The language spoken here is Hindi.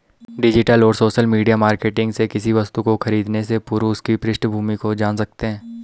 डिजिटल और सोशल मीडिया मार्केटिंग से किसी वस्तु को खरीदने से पूर्व उसकी पृष्ठभूमि को जान सकते है